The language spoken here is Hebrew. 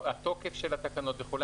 התוקף של התקנות וכולי.